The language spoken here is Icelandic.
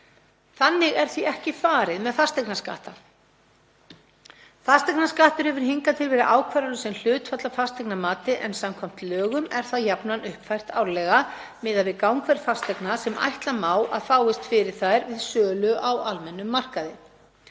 Þannig er því ekki farið með fasteignaskatta. Fasteignaskattur hefur hingað til verið ákvarðaður sem hlutfall af fasteignamati en samkvæmt lögum er það jafnan uppfært árlega miðað við gangverð fasteigna sem ætla má að fáist fyrir þær við sölu á almennum markaði.